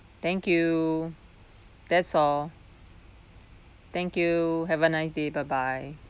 thank you that's all thank you have a nice day bye bye